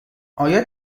آیا